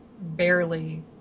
barely